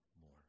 more